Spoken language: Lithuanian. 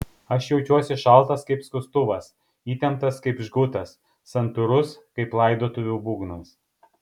aš jaučiuosi šaltas kaip skustuvas įtemptas kaip žgutas santūrus kaip laidotuvių būgnas